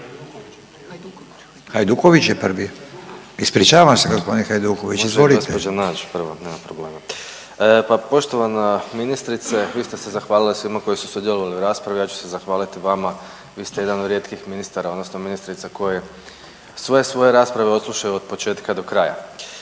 Hajduković je prvi? Ispričavam se gospodin Hajduković, izvolite.